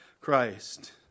Christ